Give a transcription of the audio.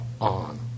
on